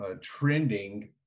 trending